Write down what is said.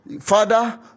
Father